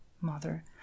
mother